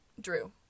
Drew